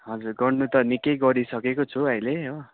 हजुर गर्नु त निक्कै गरिसकेको छु अहिले हो